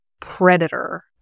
predator